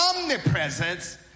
omnipresence